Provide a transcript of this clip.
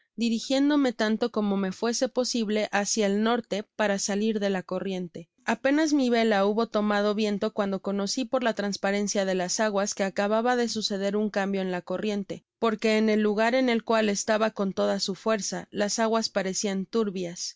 dirigiéndome tacto como me fuese posible hácia el norte para salir de la corriente apenas mi vela hubo tomado viento cuando conoci por la transparencia de las aguas que acababa de suceder un cambio en la corriente porque en el lugar en el cual estaba con toda su fuerza las aguas parecian turbias y